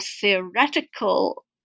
theoretical